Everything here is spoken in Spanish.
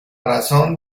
razón